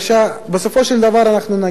בסופו של דבר אנחנו נגיע להסדר,